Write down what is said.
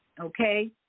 Okay